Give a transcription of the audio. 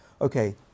okay